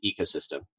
ecosystem